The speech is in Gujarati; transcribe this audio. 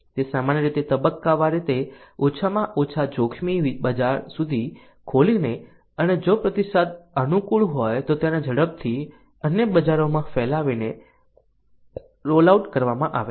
તે સામાન્ય રીતે તબક્કાવાર રીતે ઓછામાં ઓછા જોખમી બજાર સુધી ખોલીને અને જો પ્રતિસાદ અનુકૂળ હોય તો તેને ઝડપથી અન્ય બજારોમાં ફેલાવીને રોલ આઉટ કરવામાં આવે છે